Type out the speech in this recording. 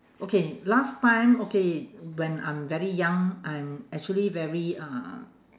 okay last time okay when I'm very young I'm actually very uh